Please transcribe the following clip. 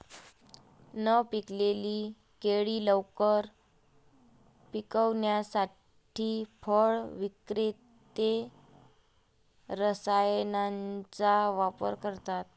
न पिकलेली केळी लवकर पिकवण्यासाठी फळ विक्रेते रसायनांचा वापर करतात